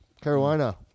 Carolina